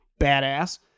badass